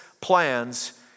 plans